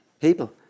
people